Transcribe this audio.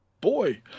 Boy